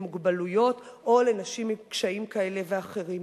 מוגבלויות או לאנשים עם קשיים כאלה ואחרים.